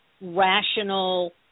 rational